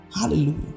Hallelujah